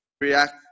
react